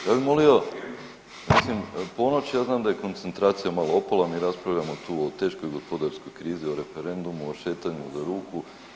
Ja bi molio, mislim ponoć je, ja znam da je koncentracija malo opala, mi raspravljamo tu o teškoj gospodarskoj krizi, o referendumu, o šetanju za ruku.